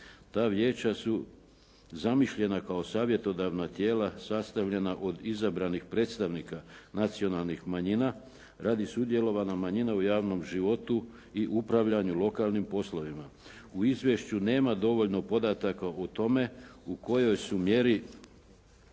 Ta vijeća su zamišljena kao savjetodavna tijela sastavljena od izabranih predstavnika nacionalnih manjina radi sudjelovanja manjina u javnom životu i upravljanju lokalnim poslovima. U izvješću nema dovoljno podataka o tome u kojoj su mjeri